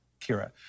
Kira